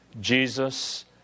Jesus